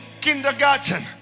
kindergarten